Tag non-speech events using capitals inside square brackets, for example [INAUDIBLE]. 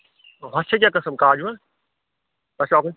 ہُتھ چھِ کینٛہہ قٕسٕم کاجوٗوَن [UNINTELLIGIBLE]